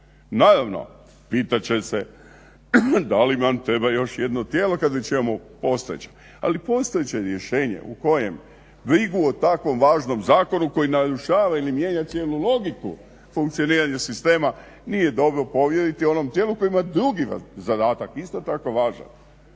Naravno, pitat će se da li nam treba još jedno tijelo kad već imamo postojeće. Ali postojeće rješenje u kojem brigu o tako važnom zakonu koji narušava ili mijenja cijelu logiku funkcioniranje sistema nije dobro povjeriti onom tijelu koji ima drugi zadatak isto tako važan